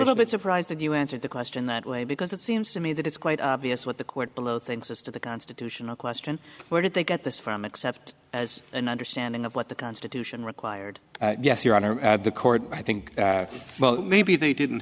little bit surprised that you answered the question that way because it seems to me that it's quite obvious what the court below thinks as to the constitutional question where did they get this from except as an understanding of what the constitution required yes your honor the court i think well maybe they didn't